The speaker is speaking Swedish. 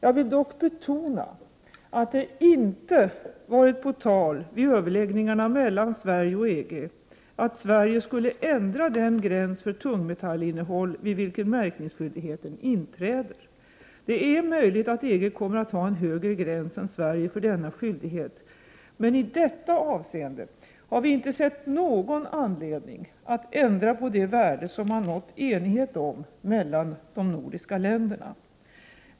Jag vill dock betona att det inte varit på tal vid överläggningarna mellan Sverige och EG att Sverige skulle ändra den gräns för tungmetallinnehåll vid vilken märkningsskyldigheten inträder. Det är möjligt att EG kommer att ha en högre gräns än Sverige för denna skyldighet, men i detta avseende har vi inte sett någon anledning att ändra på det värde som man nått enighet om mellan de nordiska länderna.